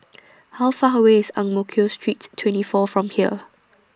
How Far away IS Ang Mo Kio Street twenty four from here